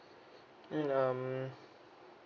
in um